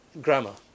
grammar